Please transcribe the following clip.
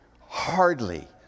hardly